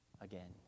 again